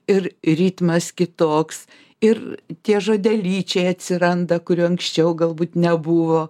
ir ritmas kitoks ir tie žodelyčiai atsiranda kurie anksčiau galbūt nebuvo